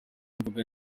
mvuga